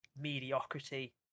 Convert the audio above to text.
mediocrity